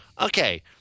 Okay